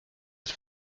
ist